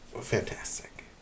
Fantastic